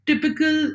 typical